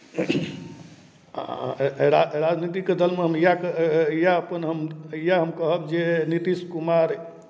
रा राजनीतिक दलमे हम इएह इएह इएह अपन हम इएह हम कहब जे नीतीश कुमार